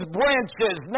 branches